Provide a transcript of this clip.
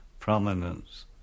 Prominence